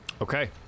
Okay